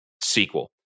sequel